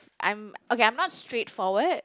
I'm okay I'm not straightforward